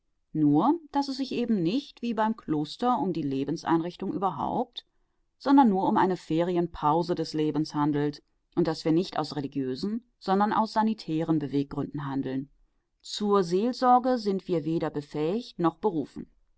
nur daß es sich eben nicht wie beim kloster um die lebenseinrichtung überhaupt sondern nur um eine ferienpause des lebens handelt und daß wir nicht aus religiösen sondern aus sanitären beweggründen handeln zur seelsorge sind wir weder befähigt noch berufen